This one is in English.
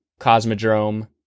Cosmodrome